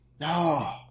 No